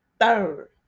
third